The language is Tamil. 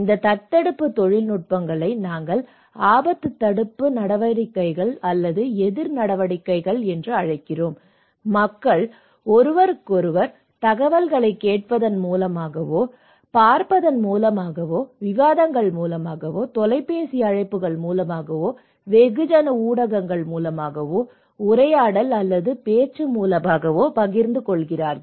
இந்த தடுப்பு தொழில்நுட்பங்களை நாங்கள் ஆபத்து தடுப்பு நடவடிக்கைகள் அல்லது எதிர் நடவடிக்கைகள் என்று அழைக்கிறோம் மக்கள் ஒருவருக்கொருவர் தகவல்களைக் கேட்பதன் மூலமாகவோ பார்ப்பதன் மூலமாகவோ விவாதங்கள் மூலமாகவோ தொலைபேசி அழைப்புகள் மூலமாகவோ வெகுஜன ஊடகங்கள் மூலமாகவோ உரையாடல் அல்லது பேச்சு மூலமாகவோ பகிர்ந்து கொள்கிறார்கள்